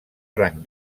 rang